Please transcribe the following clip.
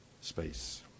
space